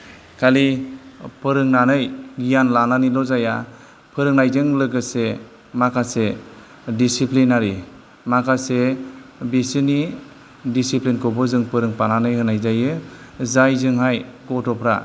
खालि फोरोंनानै गियान लानानैल' जाया फोरोंनायजों लोगोसे माखासे दिसिप्लिनारि माखासे बिसोरनि दिसिप्लिन खौबो जों फोरोंफानानै होनाय जायो जायजोंहाय गथ'फ्रा